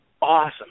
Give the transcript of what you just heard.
awesome